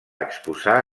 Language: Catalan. exposar